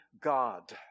God